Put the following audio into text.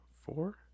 four